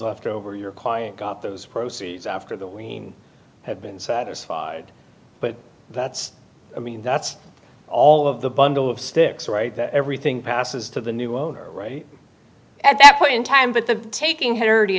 left over your client got those proceeds after the wein have been satisfied but that's i mean that's all of the bundle of sticks right that everything passes to the new owner right at that point in time but the taking h